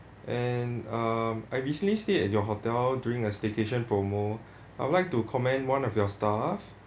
and um I basically stay at your hotel during a staycation promo I would like to commend one of your staff